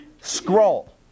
scroll